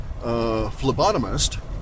phlebotomist